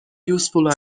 useful